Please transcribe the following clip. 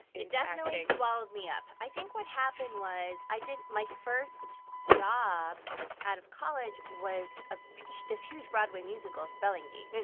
it definitely swallowed me up. i think what happened was i did my first job out of college was ah this huge broadway musical spelling bee.